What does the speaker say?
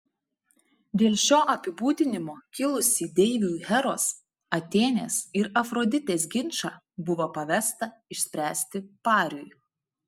dėl šio apibūdinimo kilusį deivių heros atėnės ir afroditės ginčą buvo pavesta išspręsti pariui